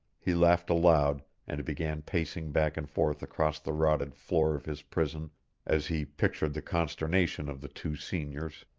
he laughed aloud and began pacing back and forth across the rotted floor of his prison as he pictured the consternation of the two seniors.